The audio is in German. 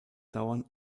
dauern